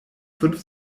fünf